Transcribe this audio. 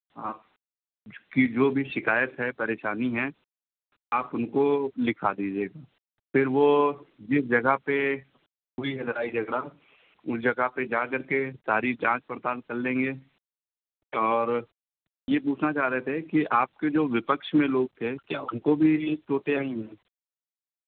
आप उसकी जो भी शिकायत है परेशानी है आप उनको लिखा दीजिएगा फिर वो जिस जगह पे हुई है लड़ाई झगड़ा उस जगह पे जाकर के सारी जाँच पड़ताल कर लेंगे और ये पूछना चाह रहे थे कि आपके जो विपक्ष में लोग थे क्या उनको भी चोटें आई हैं